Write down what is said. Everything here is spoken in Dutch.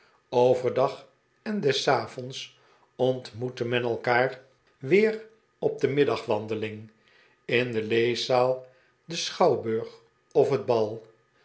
wandeling overdag en des avonds ontmoette men elkaar weer op de middagwandeling in de leeszaal den schouwburg of op het bal